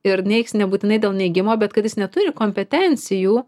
ir neigs nebūtinai dėl neigimo bet kad jis neturi kompetencijų